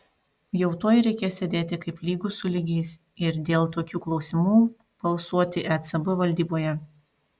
jau tuoj reikės sėdėti kaip lygūs su lygiais ir dėl tokių klausimų balsuoti ecb valdyboje